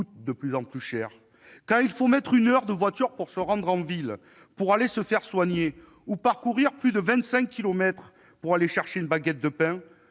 de plus en plus cher. Quand il faut mettre une heure de voiture pour se rendre en ville ou aller se faire soigner ou qu'il faut parcourir plus de 25 kilomètres pour aller chercher une baguette de pain,